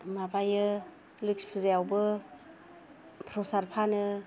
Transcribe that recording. माबायो लोखि फुजायावबो प्रसाद फानो